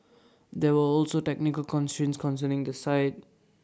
there were also technical constraints concerning the site